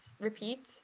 repeat